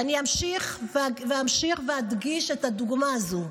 ואני אמשיך ואדגיש את הדוגמה הזו,